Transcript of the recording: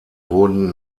wurden